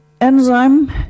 Enzyme